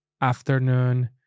afternoon